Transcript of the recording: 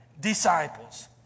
disciples